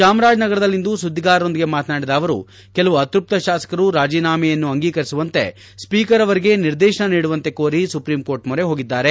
ಚಾಮರಾಜನಗರದಲ್ಲಿಂದು ಸುಧಿಗಾರರೊಂದಿಗೆ ಮಾತನಾಡಿದ ಅವರು ಕೆಲವು ಅತೃಪ್ತ ಶಾಸಕರು ರಾಜೀನಾಮೆಯನ್ನು ಅಂಗೀಕರಿಸುವಂತೆ ಸ್ವೀಕರ್ ಅವರಿಗೆ ನಿರ್ದೆಶನ ನೀಡುವಂತೆ ಕೋರಿ ಸುಪ್ರೀಂ ಕೋರ್ಟ್ ಮೊರೆ ಹೋಗಿದ್ದಾರೆ